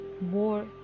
more